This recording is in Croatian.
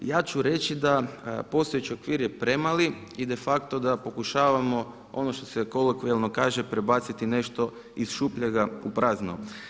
Ja ću reći da postojeći okvir je premali i de facto da pokušavamo ono što se kolokvijalno kaže prebaciti nešto iz šupljega u prazno.